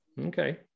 Okay